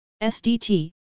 SDT